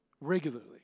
regularly